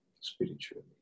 spiritually